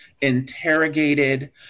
interrogated